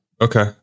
Okay